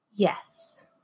Yes